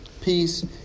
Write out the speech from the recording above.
Peace